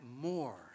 more